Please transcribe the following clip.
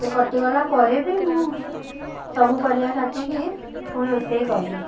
ସେ କଟିଗଲା ପରେ ବି ମୁଁ ସବୁ ପରିବା କାଟିକି ପୁଣି ରୋଷେଇ କଲି